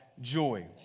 joy